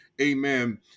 amen